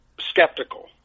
skeptical